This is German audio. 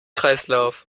kreislauf